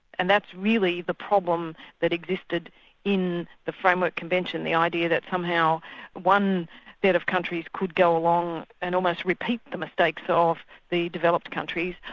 and that's really the problem that existed in the framework convention, the idea that somehow one set of countries could go along and almost repeat the mistakes so of the developed countries,